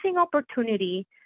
opportunity